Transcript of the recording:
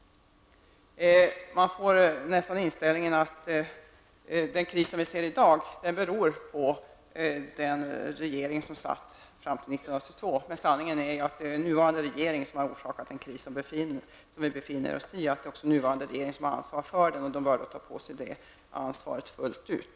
Man får nästan intrycket att den kris vi ser här i dag skulle bero på den regering som satt fram till 1982. Men sanningen är att den nuvarande regeringen har orsakat den kris vi befinner oss i. Det är också den nuvarande regeringen som har ansvaret för den och också bör ta på sig ansvaret fullt ut.